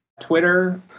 Twitter